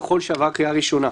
אז ככה בשביל החיוך,